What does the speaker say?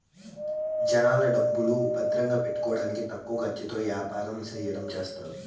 జనాల డబ్బులు భద్రంగా పెట్టుకోడానికి తక్కువ ఖర్చుతో యాపారం చెయ్యడం చేస్తారు